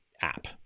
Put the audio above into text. app